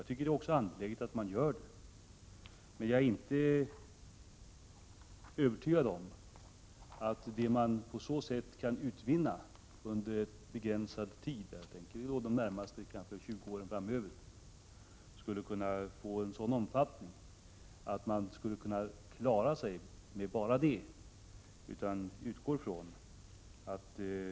Jag tycker också att det är angeläget att man gör det. Men jag är inte övertygad om att vad man på så sätt kan utvinna under en begränsad tid — jag tänker då på de närmaste 20 åren — skulle kunna vara av sådan omfattning att man skulle kunna klara sig bara med detta. Jag utgår från att den ökning av Prot.